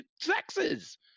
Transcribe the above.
sexes